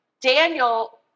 Daniel